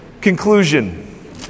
conclusion